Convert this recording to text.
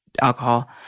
alcohol